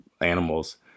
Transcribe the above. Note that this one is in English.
animals